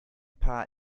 paar